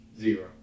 Zero